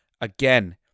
Again